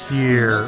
year